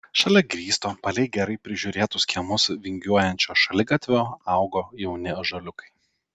šalia grįsto palei gerai prižiūrėtus kiemus vingiuojančio šaligatvio augo jauni ąžuoliukai